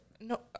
No